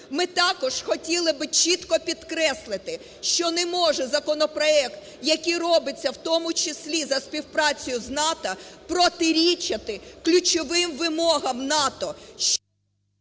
Ми також хотіли би чітко підкреслити, що не може законопроект, який робиться в тому числі за співпрацею з НАТО, протирічити ключовим вимогам НАТО…